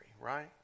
right